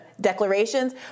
declarations